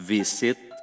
Visit